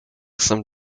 some